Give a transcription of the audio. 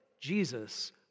Jesus